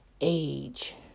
age